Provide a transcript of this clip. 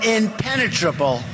impenetrable